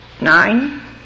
Nine